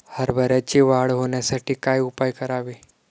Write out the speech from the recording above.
हरभऱ्याची वाढ होण्यासाठी काय उपाय करावे?